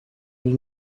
hari